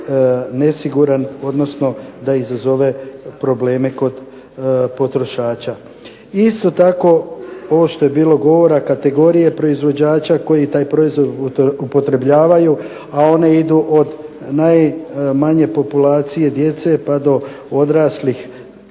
nesiguran, odnosno da izazove probleme kod potrošača. I isto tako ovo što je bilo govora kategorije proizvođača koji taj proizvod upotrebljavaju, a one idu od najmanje populacije djece pa do odraslih